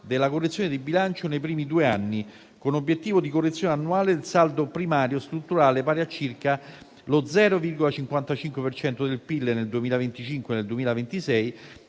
della correzione di bilancio nei primi due anni, con l'obiettivo di correzione annuale del saldo primario strutturale, pari a circa lo 0,55 per cento del PIL nel 2025 e nel 2026,